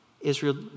Israel